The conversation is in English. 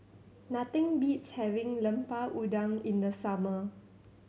nothing beats having Lemper Udang in the summer